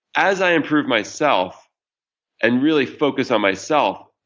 as i improve myself and really focus on myself,